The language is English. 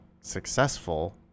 successful